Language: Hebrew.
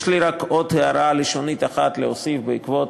יש לי רק עוד הערה לשונית אחת להוסיף בעקבות